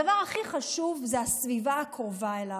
הדבר הכי חשוב זה הסביבה הקרובה אליו,